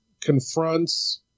confronts